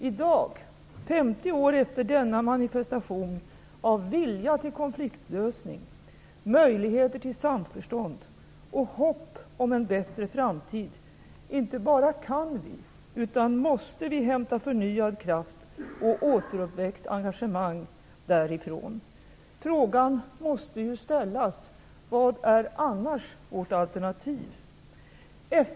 I dag, 50 år efter denna manifestation av vilja till konfliktlösning, möjligheter till samförstånd och hopp om en bättre framtid, inte bara kan vi, utan måste vi hämta förnyad kraft och återuppväckt engagemang därifrån. Frågan måste ju ställas - vad är annars vårt alternativ?